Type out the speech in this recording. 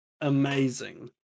amazing